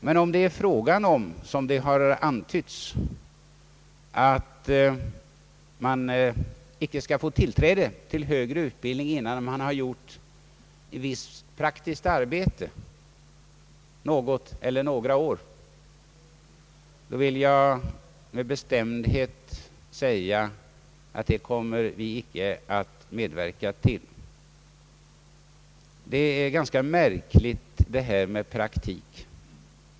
Men om det är fråga om — som det har antytts — att man icke skall få tillfälle till högre utbildning innan man har gjort ett visst praktiskt arbete något eller några år, vill jag med bestämdhet säga att vi inte kommer att medverka därtill. Detta med praktik är ganska märkligt.